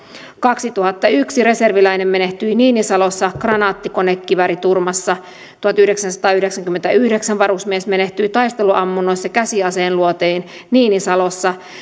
kaksituhattayksi reserviläinen menehtyi niinisalossa kranaattikonekivääriturmassa tuhatyhdeksänsataayhdeksänkymmentäyhdeksän varusmies menehtyi taisteluammunnoissa käsiaseen luoteihin niinisalossa